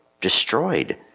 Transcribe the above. destroyed